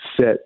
set